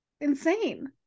Insane